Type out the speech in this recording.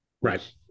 Right